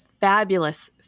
fabulous